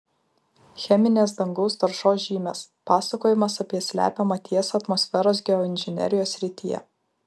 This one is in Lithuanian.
cheminės dangaus taršos žymės pasakojimas apie slepiamą tiesą atmosferos geoinžinerijos srityje